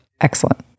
Excellent